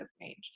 range